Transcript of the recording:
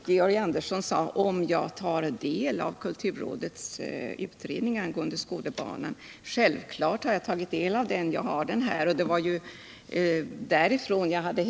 Herr talman! Jag vill komplettera ett citat som fru Diesen anförde.